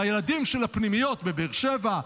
והילדים של הפנימיות בבאר שבע,